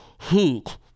Heat